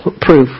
proof